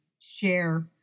share